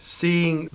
seeing